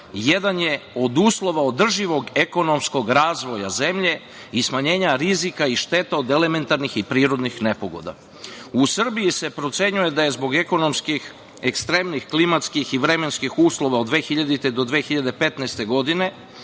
jedan je od uslova održivog ekonomskog razvoja zemlje i smanjenja rizika i štete od elementarnih i prirodnih nepogoda.U Srbiji se procenjuje da je zbog ekstremnih klimatskih i vremenskih uslova od 2000. do 2015. godine